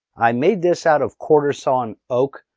i made this out of quarter sawn oak,